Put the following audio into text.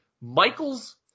Michaels